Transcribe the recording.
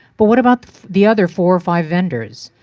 but what about the other four or five vendors.